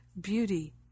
Beauty